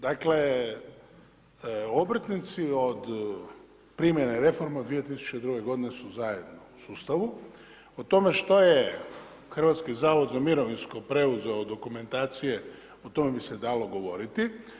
Dakle, obrtnici od primjene reforme od 2002. godine su zajedno u sustavu, o tome što je Hrvatski zavod za mirovinsko preuzeo dokumentacije o tome bi se dalo govoriti.